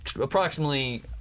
approximately